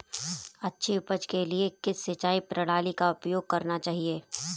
अच्छी उपज के लिए किस सिंचाई प्रणाली का उपयोग करना चाहिए?